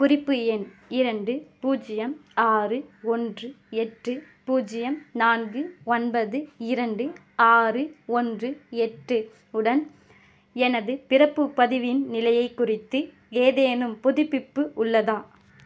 குறிப்பு எண் இரண்டு பூஜ்யம் ஆறு ஒன்று எட்டு பூஜ்யம் நான்கு ஒன்பது இரண்டு ஆறு ஒன்று எட்டு உடன் எனது பிறப்பு பதிவின் நிலையை குறித்து ஏதேனும் புதுப்பிப்பு உள்ளதா